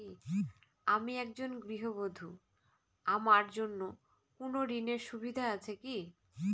আমি একজন গৃহবধূ আমার জন্য কোন ঋণের সুযোগ আছে কি?